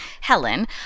Helen